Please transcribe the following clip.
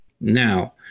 Now